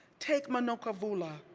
take manuka vola,